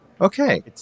Okay